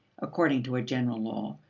according to a general law,